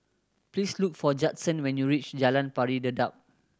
please look for Judson when you reach Jalan Pari Dedap